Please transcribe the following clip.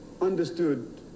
understood